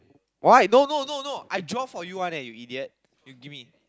why no no no no I draw for you one leh you idiot you give me